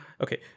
okay